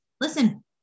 Listen